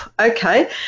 okay